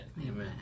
Amen